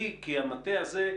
כי המטה הזה,